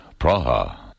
Praha